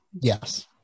Yes